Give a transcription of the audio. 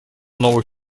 новых